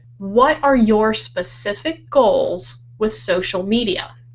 what are your specific goals with social media?